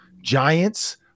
Giants